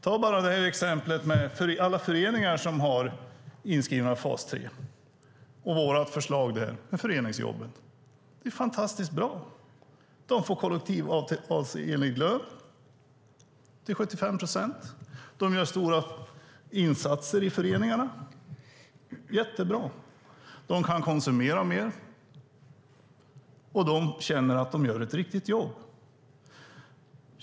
Ta bara exemplet med alla föreningar som har inskrivna i fas 3 och vårt förslag med föreningsjobben! Det är fantastiskt bra. De får kollektivavtalsenlig lön till 75 procent, och de gör stora insatser i föreningarna. Det är jättebra. De kan konsumera mer, och de känner att de gör ett riktigt jobb.